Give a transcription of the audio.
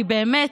כי באמת,